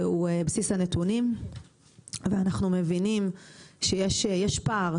הוא בסיס הנתונים ואנחנו מבינים שיש פער,